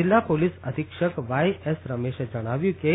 જિલ્લા પોલીસ અધિક્ષક Y S રમેશે જણાવ્યું કે